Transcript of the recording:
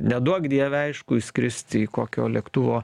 neduok dieve aišku įskrist į kokio lėktuvo